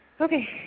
Okay